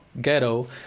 ghetto